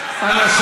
אנא,